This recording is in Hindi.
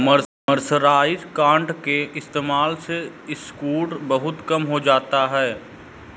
मर्सराइज्ड कॉटन के इस्तेमाल से सिकुड़न बहुत कम हो जाती है पिंटू